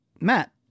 Matt